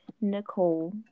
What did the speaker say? Nicole